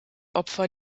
opfer